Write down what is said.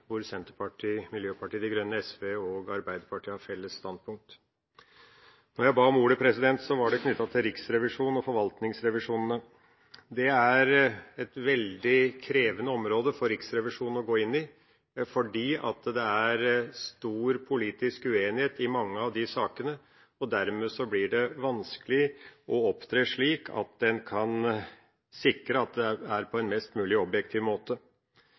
hvor Senterpartiet, Miljøpartiet De Grønne, SV og Arbeiderpartiet har felles standpunkt. Når jeg ba om ordet, var det knyttet til Riksrevisjonen og forvaltningsrevisjonene. Det er et veldig krevende område for Riksrevisjonen å gå inn i, fordi det er stor politisk uenighet i mange av de sakene. Dermed blir det vanskelig å opptre slik at en kan sikre at det skjer på en mest mulig objektiv måte.